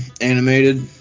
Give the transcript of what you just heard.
animated